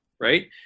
right